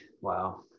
wow